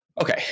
Okay